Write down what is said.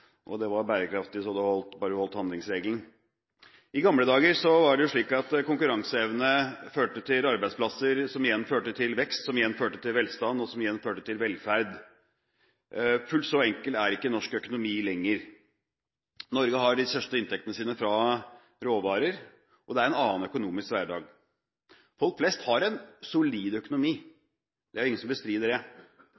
og det var bærekraftig så det holdt, bare vi holdt handlingsregelen. I gamle dager var det jo slik at konkurranseevne førte til arbeidsplasser, som igjen førte til vekst, som igjen førte til velstand, og som igjen førte til velferd. Fullt så enkel er ikke norsk økonomi lenger. Norge har de største inntektene sine fra råvarer, og det er en annen økonomisk hverdag. Folk flest har en solid økonomi